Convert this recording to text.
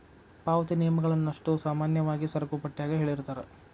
ಪಾವತಿ ನಿಯಮಗಳನ್ನಷ್ಟೋ ಸಾಮಾನ್ಯವಾಗಿ ಸರಕುಪಟ್ಯಾಗ ಹೇಳಿರ್ತಾರ